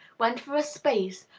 when for a space,